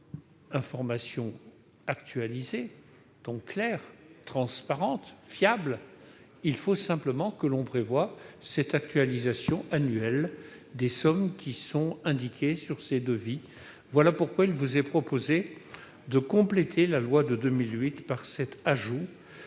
d'une information actualisée, donc claire, transparente et fiable, il faut que nous prévoyions cette actualisation annuelle des sommes indiquées sur ces devis types. Voilà pourquoi il vous est proposé de compléter la loi de 2008 par cet ajout